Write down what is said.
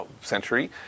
century